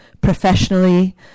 professionally